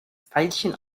veilchen